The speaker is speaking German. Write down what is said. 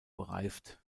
bereift